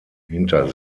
hinter